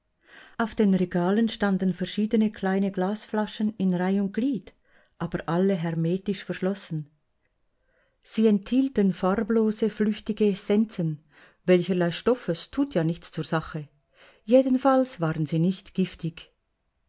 auf den regalen standen verschiedene kleine glasflaschen in reih und glied aber alle hermetisch verschlossen sie enthielten farblose flüchtige essenzen welcherlei stoffes tut ja nichts zur sache jedenfalls waren sie nicht giftig